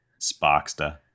Sparkster